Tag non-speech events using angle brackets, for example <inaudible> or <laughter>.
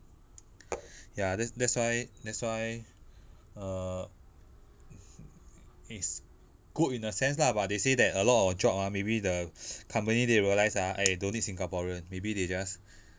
ya that that's why that's why err it's good in a sense lah but they say that a lot of job ah maybe the <noise> company they realise ah <noise> don't need singaporean maybe they just